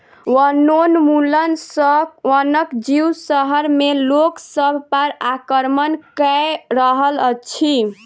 वनोन्मूलन सॅ वनक जीव शहर में लोक सभ पर आक्रमण कअ रहल अछि